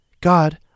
God